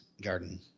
garden